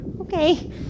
Okay